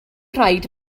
rhaid